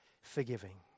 forgiving